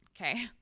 Okay